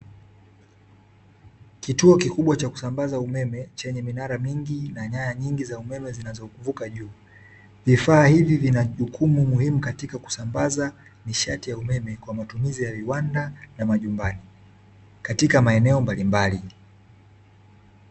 Kituo kikubwa cha kusambaza umeme, chenye minara mingi na nyaya nyingi za umeme zinazozunguka juu. Vifaa hivi vinajukumu muhimu katika kusambaza nishati ya umeme kwa matumizi viwanda na majumbani; katika maeneo mbalimbali.